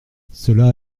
cela